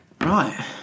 Right